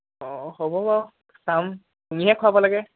অঁ হ'ব বাৰু চাম তুমিহে খোৱাব লাগে